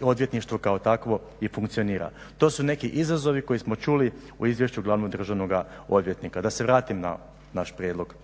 odvjetništvo kao takvo i funkcionira. To su neki izazovi koje smo čuli u izvješću glavnog državnoga odvjetnika. Da se vratim na naš prijedlog,